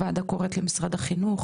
הוועדה קוראת למשרד החינוך